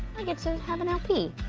i get to have an lp,